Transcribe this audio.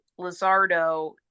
Lizardo